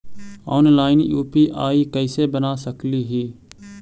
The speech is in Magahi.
ऑनलाइन यु.पी.आई कैसे बना सकली ही?